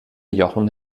jochen